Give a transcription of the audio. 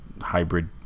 hybrid